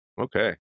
Okay